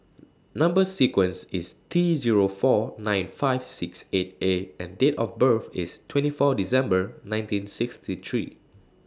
Number sequence IS T Zero four nine five six eight A and Date of birth IS twenty four December nineteen sixty three